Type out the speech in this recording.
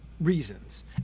Reasons